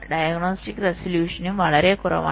diagnostic റെസല്യൂഷനും വളരെ കുറവാണ്